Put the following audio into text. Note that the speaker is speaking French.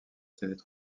tiennent